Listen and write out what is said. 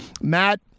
Matt